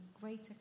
greater